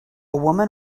woman